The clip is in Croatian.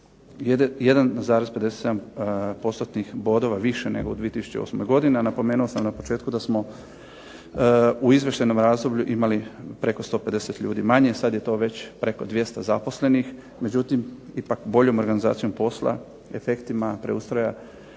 bodova više nego u 2008. godini, a napomenuo sam na početku da smo u izvještajnom razdoblju imali preko 150 ljudi manje. Sad je to već preko 200 zaposlenih. Međutim, ipak boljom organizacijom posla, efektima preustroja